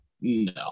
No